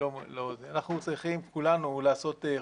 אנחנו צריכים כולנו לעשות חושבים,